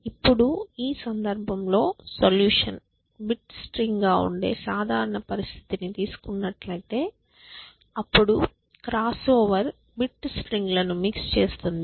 ఇప్పుడు ఈ సందర్భంలో సొల్యూషన్ బిట్ స్ట్రింగ్గా ఉండే సాధారణ పరిస్థితిని తీసుకున్నట్లైతే అప్పుడు క్రాస్ఓవర్ బిట్ స్ట్రింగ్ లను మిక్స్ చేస్తుంది